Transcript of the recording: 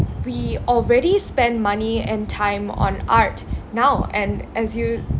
we already spend money and time on art now and as you